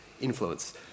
influence